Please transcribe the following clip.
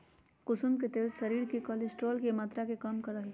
कुसुम के तेल शरीर में कोलेस्ट्रोल के मात्रा के कम करा हई